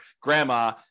grandma